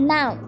Now